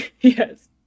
Yes